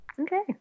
Okay